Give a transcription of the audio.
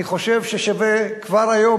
אני חושב ששווה כבר היום,